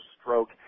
stroke